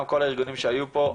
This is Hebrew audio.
גם כל מיני ארגונים שהיו פה,